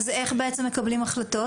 אז איך בעצם מקבלים החלטות?